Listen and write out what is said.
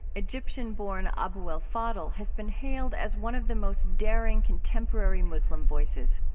egyptian-born abou el fadl has been hailed as one of the most daring contemporary muslim voices.